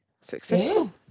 successful